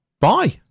Bye